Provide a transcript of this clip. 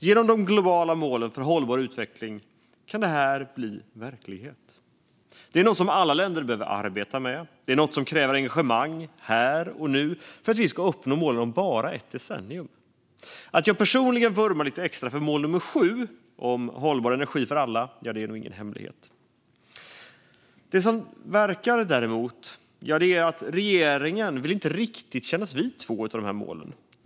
Genom de globala målen för hållbar utveckling kan det här bli verklighet. Det är något som alla länder behöver arbeta med. Det är något som kräver engagemang här och nu för att vi ska uppnå målen om bara ett decennium. Att jag personligen vurmar lite extra för mål nummer 7 om hållbar energi för alla är nog ingen hemlighet. Det verkar däremot som om regeringen inte riktigt vill kännas vid två av målen.